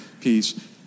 peace